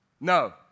No